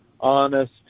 honest